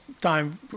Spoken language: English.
time